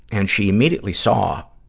and she immediately saw,